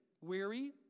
weary